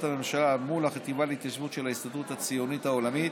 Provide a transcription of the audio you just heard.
הממשלה מול החטיבה להתיישבות של ההסתדרות הציונית העולמית,